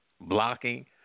blocking